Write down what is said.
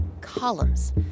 columns